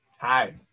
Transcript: Hi